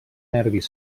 nervis